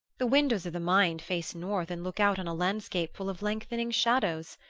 the windows of the mind face north and look out on a landscape full of lengthening shadows.